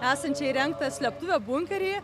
esančią įrengtą slėptuvę bunkerį